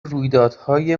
رویدادهای